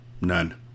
None